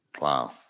Wow